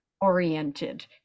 oriented